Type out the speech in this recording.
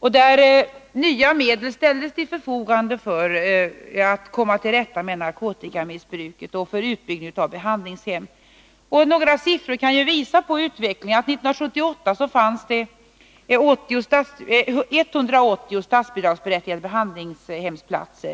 också nya medel till förfogande för arbetet att komma till rätta med narkotikamissbruket och för utbyggnad av behandlingshem. Några siffror kan visa på utvecklingen. År 1978 fanns det 180 statsbidragsberättigade behandlingshemsplatser.